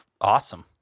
awesome